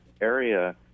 area